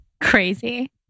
Crazy